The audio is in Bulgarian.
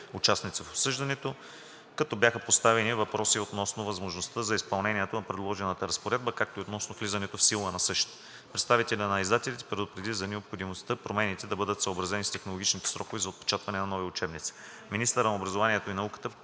участници в обсъждането, като бяха поставени въпроси относно възможността за изпълнението на предложената разпоредба, както и относно влизането в сила на същата. Представителят на издателите предупреди за необходимостта промените да бъдат съобразени с технологичните срокове за отпечатване на нови учебници.